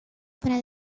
para